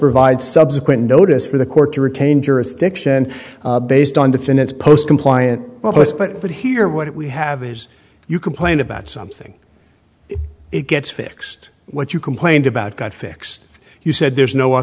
provide subsequent notice for the court to retain jurisdiction based on defendants post compliant office but but here what we have is you complain about something it gets fixed what you complained about got fixed you said there's no